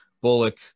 Bullock